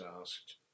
asked